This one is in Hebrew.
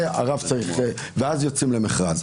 ואז יוצאים למכרז.